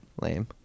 Lame